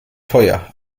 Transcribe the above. teuer